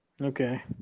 Okay